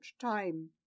time